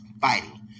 fighting